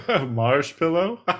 marshmallow